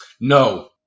no